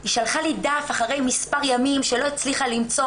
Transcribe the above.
היא שלחה לי דף אחרי מספר ימים שלא הצליחה למצוא